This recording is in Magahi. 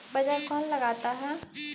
बाजार कौन लगाता है?